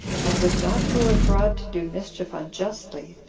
and would not go abroad to do mischief unjustly,